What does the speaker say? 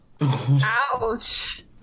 Ouch